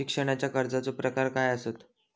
शिक्षणाच्या कर्जाचो प्रकार काय आसत?